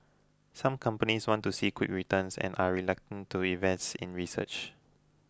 some companies want to see quick returns and are reluctant to invest in research